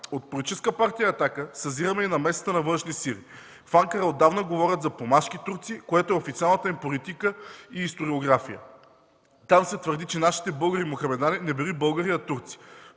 От Политическа партия „Атака” съзираме и намесата на външни сили. В Анкара отдавна говорят за помашки турци, което е официалната им политика и историография. Там се твърди, че нашите българи мохамедани не били българи, а турци.